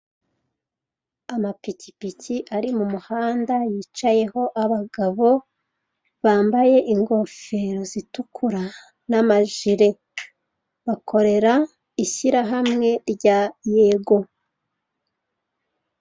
Amapikipiki ari mu muhanda yicayeho abagabo bambaye ingofero zitukura n'amajire, bakorera ishyirahamwe rya ''yego''.